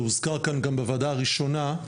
זה הוזכר גם בוועדה הראשונה,